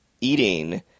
eating